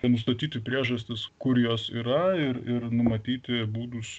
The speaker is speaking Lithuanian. ten nustatyti priežastis kur jos yra ir ir numatyti būdus